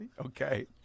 Okay